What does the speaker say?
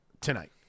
tonight